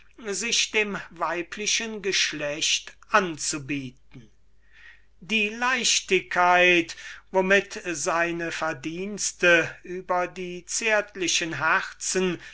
sich dem weiblichen geschlecht anzubieten die leichtigkeit womit seine verdienste über die zärtlichen herzen